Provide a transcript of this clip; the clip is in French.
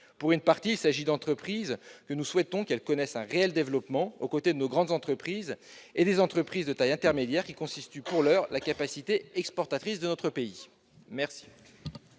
Pour une partie, il s'agit d'entreprises dont nous souhaitons le développement réel, aux côtés de nos grandes entreprises, et des entreprises de taille intermédiaire qui constituent, pour l'heure, la capacité exportatrice de notre pays. Quel